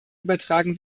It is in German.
übertragen